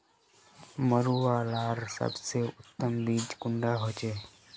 मरुआ लार सबसे उत्तम बीज कुंडा होचए?